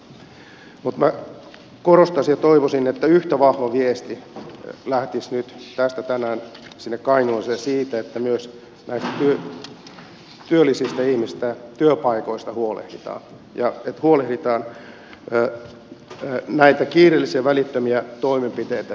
mutta minä korostaisin ja toivoisin että yhtä vahva viesti lähtisi nyt tästä tänään sinne kainuuseen siitä että myös näistä työllisistä ihmisistä työpaikoista huolehditaan ja että huolehditaan näitä kiireellisiä välittömiä toimenpiteitä sinne heti